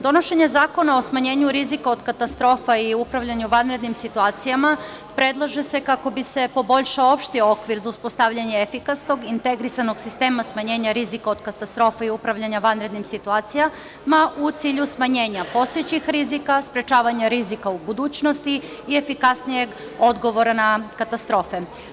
Donošenje zakona o smanjenju rizika od katastrofa i upravljanju vanrednim situacijama predlaže se kako bi se poboljšao opšti okvir za uspostavljanje efikasnog integrisanog sistema smanjenja rizika od katastrofa i upravljanja vanrednim situacijama u cilju smanjenja postojećih rizika, sprečavanju rizika u budućnosti i efikasnije odgovora na katastrofe.